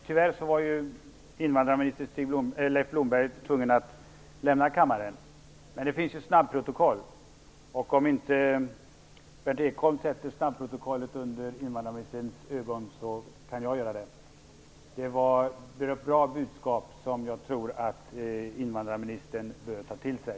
Tyvärr har invandrarminister Leif Blomberg varit tvungen att lämna kammaren. Men det finns ju ett snabbprotokoll. Om inte Berndt Ekholm sätter snabbprotokollet under invandrarministerns ögon kan jag göra det. Det var ett bra budskap som jag tror att invandrarministern bör ta till sig.